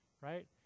right